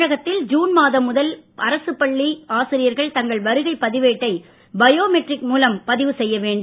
தமிழகத்தில் ஜூன் மாதம் முதல் அரசு பள்ளி ஆசிரியர்கள் தங்கள் வருகைப் பதிவேட்டை பயோமெட்ரிக் மூலம் பதிவு செய்யவேண்டும்